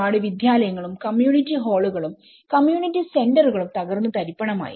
ഒരുപാട് വിദ്യാലയങ്ങളും കമ്മ്യൂണിറ്റി ഹാളുകളും കമ്മ്യൂണിറ്റി സെന്ററുകളും തകർന്നു തരിപ്പണമായി